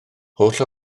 holl